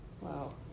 Wow